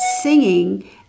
singing